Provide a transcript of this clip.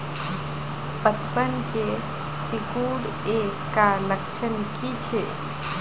पतबन के सिकुड़ ऐ का लक्षण कीछै?